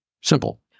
Simple